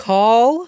Call